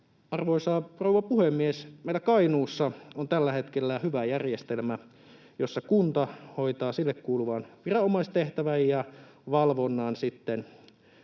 Arvoisa rouva puhemies! Meillä Kainuussa on tällä hetkellä hyvä järjestelmä, jossa kunta hoitaa sille kuuluvan viranomaistehtävän ja -valvonnan ja